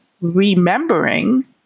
remembering